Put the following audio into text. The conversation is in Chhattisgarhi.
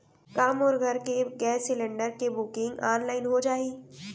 का मोर घर के गैस सिलेंडर के बुकिंग ऑनलाइन हो जाही?